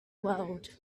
world